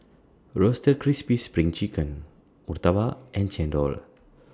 Roasted Crispy SPRING Chicken Murtabak and Chendol